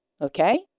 Okay